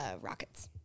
Rockets